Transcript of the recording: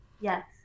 Yes